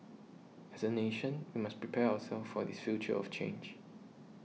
as a nation we must prepare ourselves for this future of change